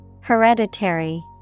Hereditary